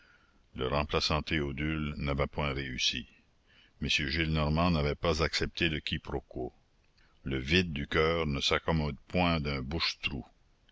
le remplaçant théodule n'avait point réussi m gillenormand n'avait pas accepté le quiproquo le vide du coeur ne s'accommode point d'un bouche trou